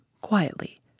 quietly